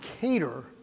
cater